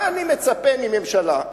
מה אני מצפה מממשלה?